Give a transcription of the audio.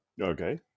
Okay